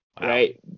Right